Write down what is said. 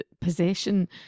possession